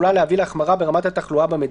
על סדר-היום כרגע: רוויזיה להצעת חוק סמכויות מיוחדות